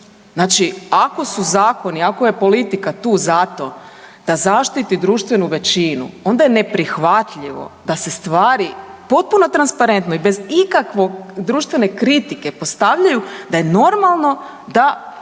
Znači ako su zakoni, ako je politika tu zato da zaštiti društvenu većinu, onda je neprihvatljivo da se stvari potpuno transparentno i bez ikakvog, društvene kritike postavljaju da je normalno da